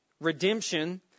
Redemption